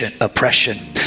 oppression